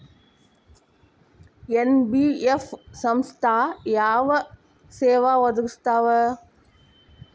NBF ಸಂಸ್ಥಾ ಯಾವ ಸೇವಾ ಒದಗಿಸ್ತಾವ?